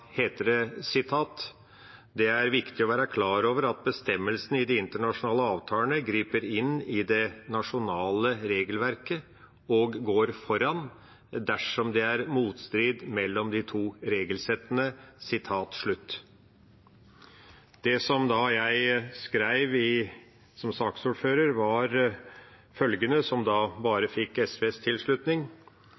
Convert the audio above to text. heter det: «Det er viktig å være klar over at bestemmelsene i de internasjonale avtalene griper inn i det nasjonale regelverket og går foran, dersom det er motstrid mellom de to regelsettene.» Det jeg skrev som saksordfører, og som bare fikk SVs tilslutning, var: